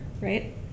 right